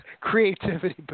creativity